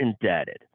indebted